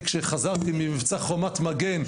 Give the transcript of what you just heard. כשחזרתי ממבצע חומת מגן,